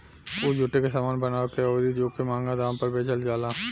उ जुटे के सामान बना के अउरी ओके मंहगा दाम पर बेचल जाला